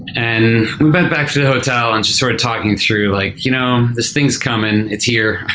and we went back to the hotel and just sort of talking through like you know this thing's coming. it's here.